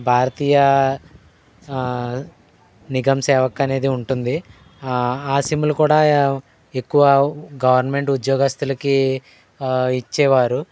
భారతీయ నిగంసేవక్ అనేది ఉంటుంది ఆ సిమ్లు కూడా ఎక్కువ గవర్నమెంట్ ఉద్యోగస్తులకి ఇచ్చేవారు